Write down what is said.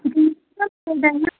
ఇది కాక ఏదైనా